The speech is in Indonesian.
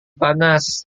panas